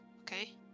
okay